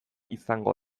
izango